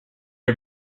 are